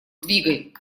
двигай